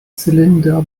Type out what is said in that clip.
zylinder